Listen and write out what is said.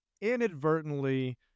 inadvertently